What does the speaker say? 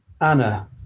Anna